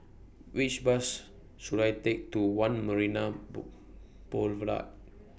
Which Bus should I Take to one Marina Boulevard